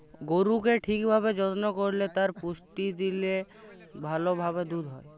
গরুকে ঠিক ভাবে যত্ন করল্যে আর পুষ্টি দিলে ভাল ভাবে দুধ হ্যয়